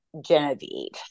Genevieve